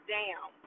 down